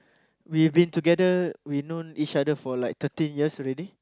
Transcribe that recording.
we've been together we've known each other for like thirteen years already